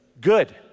Good